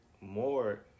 more